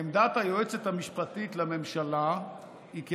עמדת היועצת המשפטית לממשלה היא כי